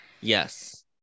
yes